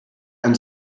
ein